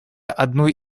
одной